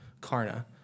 Karna